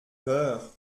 peurs